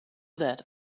that